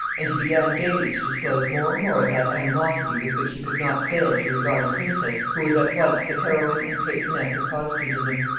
and he began daily to disclose more and more of that animosity with which he could not fail to regard a princess who was at once the heroine and patroness of protestantism.